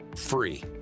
free